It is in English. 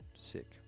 Sick